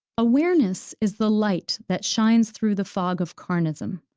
awareness is the light that shines through the fog of carnism,